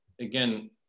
again